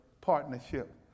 partnership